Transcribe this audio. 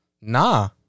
Nah